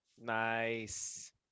Nice